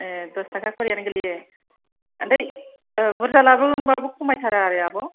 ए दस थाखा खरियानो गोलैयो बुरजा लाबोगोनबाबो खमायथारा आरो आब'